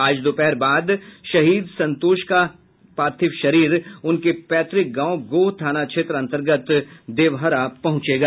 आज दोपहर बाद शहीद संतोष जवान पार्थिव शरीर उनके पैतृक गांव गोह थाना क्षेत्र अंतर्गत देवहरा पहुंचेगा